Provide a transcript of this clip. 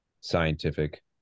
scientific